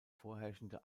vorherrschende